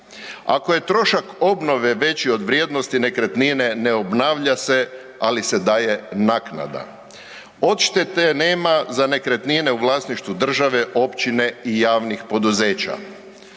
ako je trošak obnove veći od vrijednosti nekretnine ne obnavlja se, ali se daje naknada, odštete nema za nekretnine u vlasništvu države, općine i javnih poduzeća,